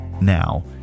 Now